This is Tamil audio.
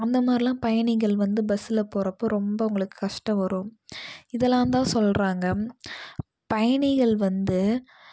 அந்தமாதிரிலாம் பயணிகள் வந்து பஸ்ஸில் போகிறப்ப ரொம்ப அவுங்களுக்கு கஷ்டம் வரும் இதலாம்தான் சொல்கிறாங்க பயணிகள் வந்து